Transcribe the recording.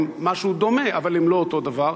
הן משהו דומה אבל הן לא אותו דבר.